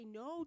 no